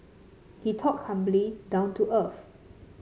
he talked humbly down to earth